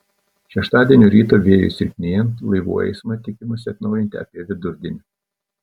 šeštadienio rytą vėjui silpnėjant laivų eismą tikimasi atnaujinti apie vidurdienį